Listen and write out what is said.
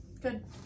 Good